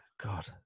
God